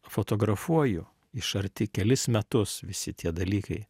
fotografuoju iš arti kelis metus visi tie dalykai